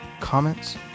comments